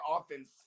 offense